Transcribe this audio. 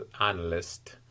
analyst